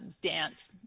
dance